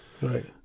Right